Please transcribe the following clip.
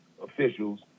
officials